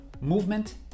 movement